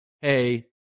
hey